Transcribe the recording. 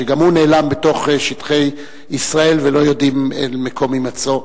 שגם הוא נעלם בתוך שטחי ישראל ולא יודעים את מקום הימצאו.